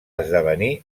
esdevenir